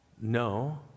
No